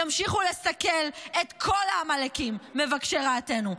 ימשיכו לסכל את כל העמלקים מבקשי רעתנו.